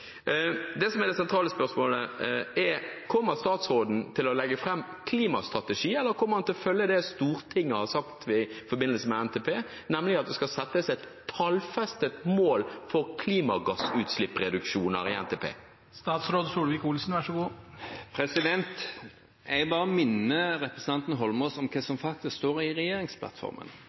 Det sentrale spørsmålet er: Kommer statsråden til å legge fram en klimastrategi, eller kommer han til å følge det Stortinget har sagt i forbindelse med NTP, nemlig at det skal settes et tallfestet mål for klimagassutslippsreduksjoner i NTP? Jeg minner representanten Eidsvoll Holmås om hva som faktisk står i regjeringsplattformen.